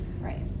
Right